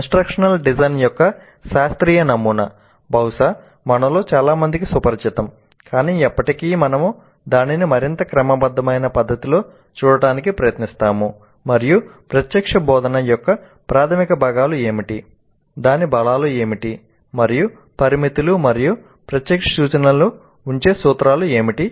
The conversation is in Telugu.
ఇంస్ట్రక్షనల్ డిజైన్ యొక్క శాస్త్రీయ నమూనా బహుశా మనలో చాలా మందికి సుపరిచితం కాని ఇప్పటికీ మనము దానిని మరింత క్రమబద్ధమైన పద్ధతిలో చూడటానికి ప్రయత్నిస్తాము మరియు ప్రత్యక్ష బోధన యొక్క ప్రాథమిక భాగాలు ఏమిటి దాని బలాలు ఏమిటి మరియు పరిమితులు మరియు ప్రత్యక్ష సూచనలను ఉంచే సూత్రాలు ఏమిటి